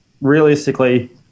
realistically